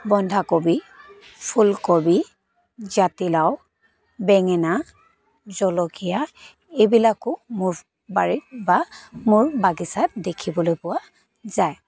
বন্ধাকবি ফুলকবি জাতিলাও বেঙেনা জলকীয়া এইবিলাকো মোৰ বাৰীত বা মোৰ বাগিচাত দেখিবলৈ পোৱা যায়